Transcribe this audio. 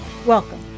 Welcome